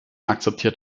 akzeptiert